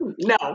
No